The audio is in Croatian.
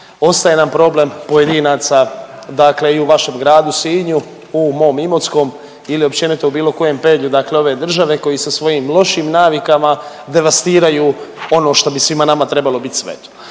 ostaje nam problem pojedinaca dakle i u vašem gradu Sinju u mom Imotskom ili općenito u bilo kojem pedlju ove države koji sa svojim lošim navikama devastiraju ono što bi svima nama trebalo bit sveto.